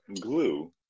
Glue